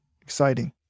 exciting